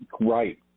Right